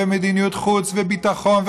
ומדיניות חוץ וביטחון,